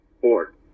four